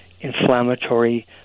inflammatory